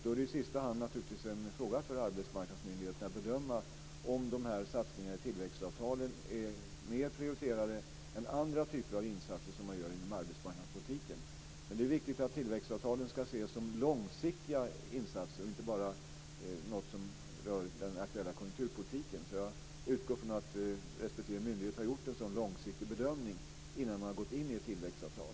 Då är det i sista hand naturligtvis en fråga för arbetsmarknadsmyndigheterna att bedöma om satsningarna i tillväxtavtalen är mer prioriterade än andra typer av insatser man gör inom arbetsmarknadspolitiken. Det är viktigt att tillväxtavtalen ses som långsiktiga insatser och inte bara som något som rör den aktuella konjunkturpolitiken. Jag utgår från att respektive myndighet har gjort en sådan långsiktig bedömning innan man har gått in i ett tillväxtavtal.